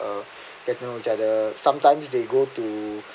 uh you get to know each other sometimes they go to